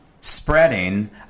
spreading